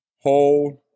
hold